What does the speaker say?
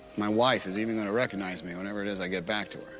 my wife is even going to recognize me, whenever it is i get back to her.